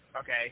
okay